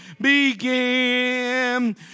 begin